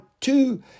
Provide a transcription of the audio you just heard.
two